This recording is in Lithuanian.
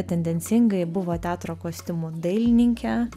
tendencingai buvo teatro kostiumų dailininkė